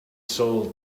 soul